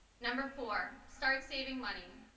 number four, start saving money,